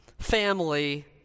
Family